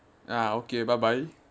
ah okay bye bye